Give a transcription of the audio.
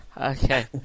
Okay